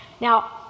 Now